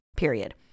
period